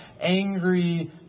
angry